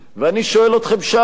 ואני שואל אתכם שם,